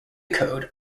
code